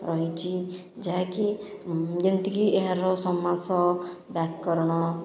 ରହିଛି ଯାହାକି ଯେମିତିକି ଏହାର ସମାସ ବ୍ୟାକରଣ